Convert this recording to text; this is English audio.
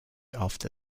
after